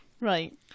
Right